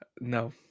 No